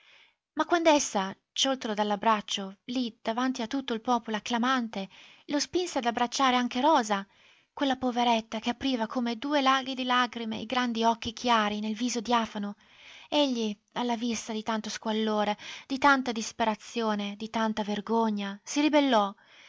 passo ma quand'essa scioltolo dall'abbraccio lì davanti a tutto il popolo acclamante lo spinse ad abbracciare anche rosa quella poveretta che apriva come due laghi di lagrime i grandi occhi chiari nel viso diafano egli alla vista di tanto squallore di tanta disperazione di tanta vergogna si ribellò